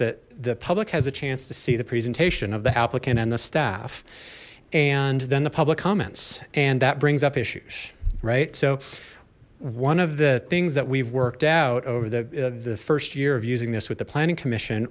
that the public has a chance to see the presentation of the applicant and the staff and then the public comments and that brings up issues right so one of the things that we've worked out over the the first year of using this with the planning commission